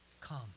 come